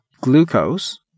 glucose